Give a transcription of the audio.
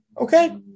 Okay